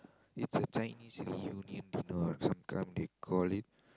it's a Chinese reunion dinner or sometimes they call it